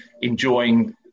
enjoying